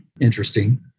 interesting